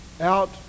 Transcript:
out